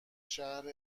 شهر